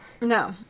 no